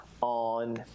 on –